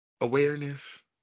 awareness